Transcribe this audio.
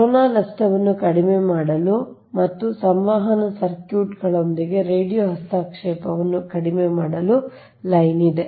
corona ನಷ್ಟವನ್ನು ಕಡಿಮೆ ಮಾಡಲು ಮತ್ತು ಸಂವಹನ ಸರ್ಕ್ಯೂಟ್ಗಳೊಂದಿಗೆ ರೇಡಿಯೊ ಹಸ್ತಕ್ಷೇಪವನ್ನು ಕಡಿಮೆ ಮಾಡಲು ಲೈನ್ ಇದೆ